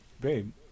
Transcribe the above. Babe